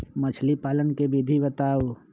मछली पालन के विधि बताऊँ?